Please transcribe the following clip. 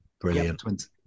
Brilliant